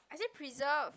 I say preserve